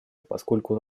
поскольку